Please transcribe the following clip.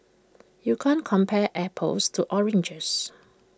you can't compare apples to oranges